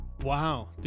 Wow